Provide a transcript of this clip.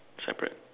separate